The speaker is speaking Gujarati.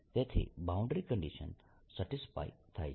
તેથી બાઉન્ડ્રી કન્ડીશન સેટિસ્ફાય થાય છે